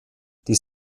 die